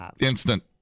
instant